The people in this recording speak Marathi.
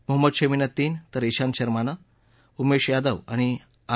मोहम्मद शामीनं तीन तर िग्नांत शर्मा उमेश यादव आणि आर